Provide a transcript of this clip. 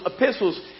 epistles